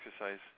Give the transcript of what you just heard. exercise